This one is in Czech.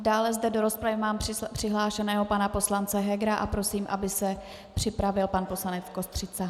Dále zde do rozpravy mám přihlášeného pana poslance Hegera a prosím, aby se připravil pan poslanec Kostřica.